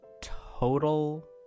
total